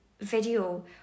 video